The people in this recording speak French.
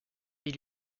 est